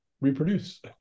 reproduce